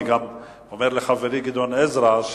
אני גם אומר לחברי גדעון עזרא,